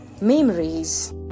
memories